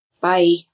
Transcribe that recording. Bye